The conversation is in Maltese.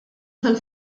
tal